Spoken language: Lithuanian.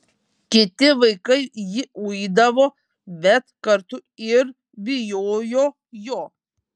kiti vaikai jį uidavo bet kartu ir bijojo jo